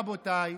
רבותיי,